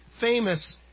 famous